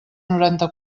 noranta